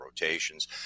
rotations